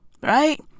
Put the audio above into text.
Right